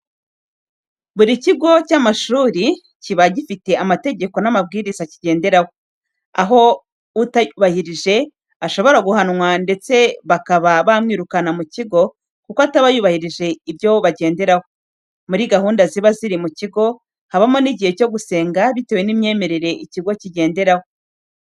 Buri kigo cy'amashuri kiba gifite amategeko n'amabwiriza kigenderaho, aho utayubahirije ashobora guhanwa ndetse bakaba banamwirukana mu kigo kuko ataba yubahirije ibyo bagenderaho. Muri gahunda ziba ziri mu kigo habamo n'igihe cyo gusenga bitewe n'imyemerere ikigo kigenderaho.